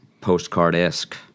postcard-esque